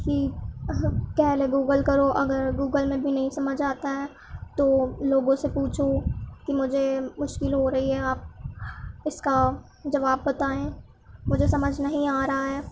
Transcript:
کہ پہلے گوگل کرو اگر گوگل میں بھی نہیں سمجھ آتا ہے تو لوگوں سے پوچھو کہ مجھے مشکل ہو رہی ہے آپ اس کا جواب بتائیں مجھے سمجھ نہیں آ رہا ہے